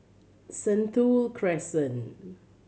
Sentul Crescent